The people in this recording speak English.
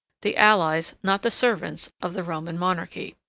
the allies, not the servants, of the roman monarchy.